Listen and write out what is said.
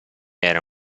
era